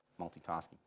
Multitasking